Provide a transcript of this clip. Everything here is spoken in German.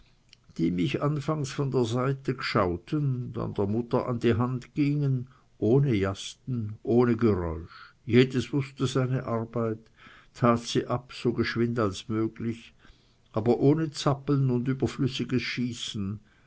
die mich anfangs von der seite gschauten dann der mutter an die hand gingen ohne jasten ohne geräusch jedes wußte seine arbeit tat sie ab so geschwind als möglich aber ohne zappeln und überflüssiges schießen